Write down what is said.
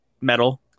metal